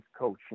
coaching